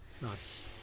Nice